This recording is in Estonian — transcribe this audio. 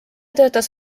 töötas